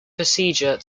procedure